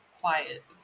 quiet